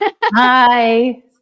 Hi